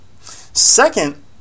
Second